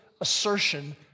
assertion